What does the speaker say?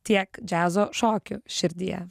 tiek džiazo šokių širdyje